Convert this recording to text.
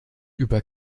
über